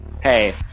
Hey